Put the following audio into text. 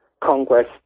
Congress